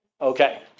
okay